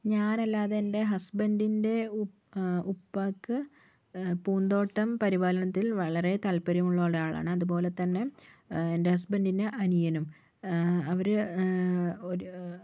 ഞാനല്ലാതെ എൻ്റെ ഹസ്ബൻ്റിൻ്റെ ഉപ്പാക്ക് പൂന്തോട്ടം പരിപാലനത്തിൽ വളരെ താല്പര്യമുള്ള ഒരാളാണ് അതുപോലെത്തന്നെ എൻ്റെ ഹസ്ബൻ്റിൻ്റെ അനിയനും അവർ ഒരു